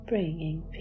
bringing